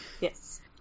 Yes